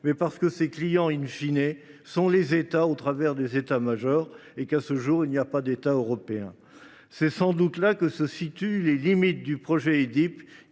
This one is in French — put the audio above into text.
aussi parce que ses clients sont les États, au travers des états majors, et que, à ce jour, il n’y a pas d’État européen. C’est sans doute là que se situent les limites du projet Edip,